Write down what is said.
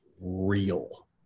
real